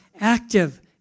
active